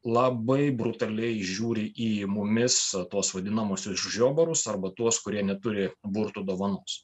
labai brutaliai žiūri į mumis tuos vadinamuosius žiobarus arba tuos kurie neturi burtų dovanos